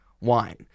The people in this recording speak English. wine